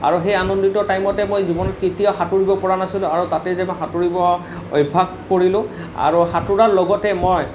আৰু সেই আনন্দিত টাইমতে মই জীৱনত কেতিয়াও সাঁতুৰিব পৰা নাছিলোঁ আৰু তাতেই যাই মই সাঁতুৰিব অভ্য়াস কৰিলোঁ আৰু সাঁতোৰাৰ লগতে মই